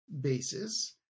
bases